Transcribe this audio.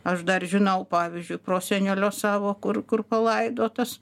aš dar žinau pavyzdžiui prosenelio savo kur kur palaidotas